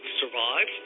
survive